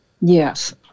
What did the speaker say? Yes